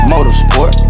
Motorsport